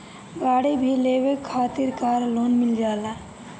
गाड़ी भी लेवे खातिर कार लोन मिल जाला